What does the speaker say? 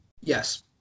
yes